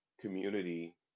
community